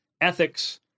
ethics